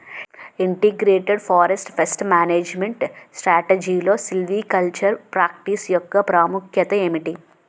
Integrated forest pest management స్ట్రాటజీలో silvicultural practice యెక్క ప్రాముఖ్యత ఏమిటి??